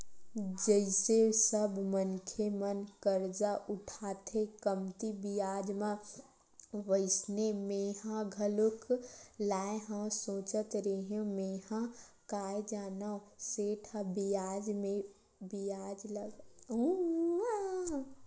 जइसे सब मनखे मन करजा उठाथे कमती बियाज म वइसने मेंहा घलोक लाय हव सोचत रेहेव मेंहा काय जानव सेठ ह बियाज पे बियाज लगाही